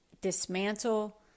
dismantle